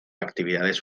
actividades